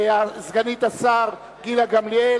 סגנית השר גילה גמליאל,